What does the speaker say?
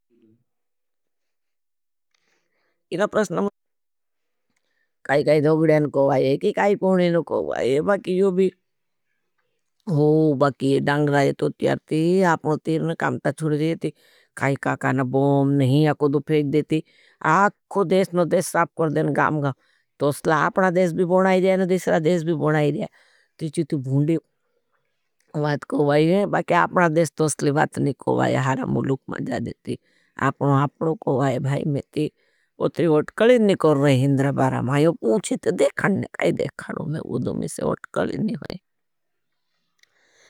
इना प्रस्टनमस्ते काई-काई धोगड़ेन कोवाये, की काई कोणेन कोवाये। बाकि यो भी हो बाकि ये दंग रहे तो त्यार ती, आपनो तीरन काम ता छुर जेती, काई-काई काना बॉम नहीं। अको दो फेक देती, आको देशनो देश साप कर देन गाम-गाम, तोसला आपना देश भी बोना है रहे है न दिसरा देश भी बोना है रहे है। तीछी ती भूंडी वात को वाई है बाकि आपना देश तोसली बात नहीं को वाई। हारा मुलुक मज़ा देती, आपनो, आपनो को वाई भाई में ती, वो ती ओटकली नहीं को रहे है। न बारामायो, पूछी तो देखाण नहीं, काई देखाणू मैं वो दुमी से ओटकली नहीं वाई।